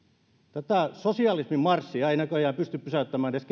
tätä sosialismin marssia ei näköjään pysty pysäyttämään edes